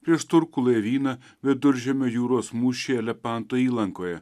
prieš turkų laivyną viduržemio jūros mūšyje lepanto įlankoje